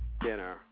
dinner